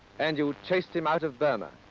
and you chased him out of burma.